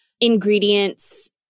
ingredients